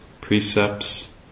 Precepts